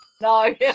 No